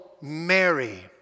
Mary